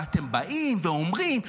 ואתם באים ואומרים,